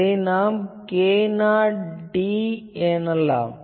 இதை நாம் k0d எனலாம்